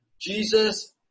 Jesus